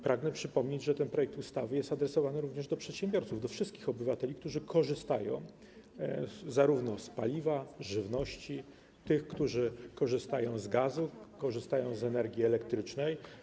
Pragnę przypomnieć, że ten projekt ustawy jest adresowany również do przedsiębiorców, do wszystkich obywateli, którzy korzystają z paliwa, żywności, którzy korzystają z gazu, korzystają z energii elektrycznej.